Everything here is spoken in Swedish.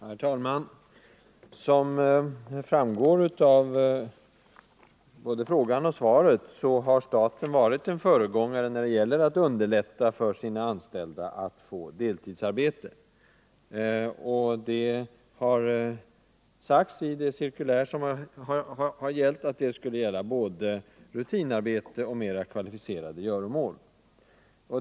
Herr talman! Som framgår av både frågan och svaret har staten varit en föregångare när det gäller att underlätta för sina anställda att få deltidsarbete. Det har sagts i det cirkulär som har gällt, att det bör avse både rutinarbete och mer kvalificerade göromål.